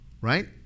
right